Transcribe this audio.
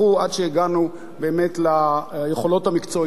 עד שהגענו באמת ליכולות המקצועיות